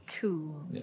Cool